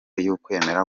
y’ukwemera